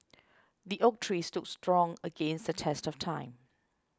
the oak tree stood strong against the test of time